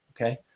okay